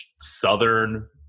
Southern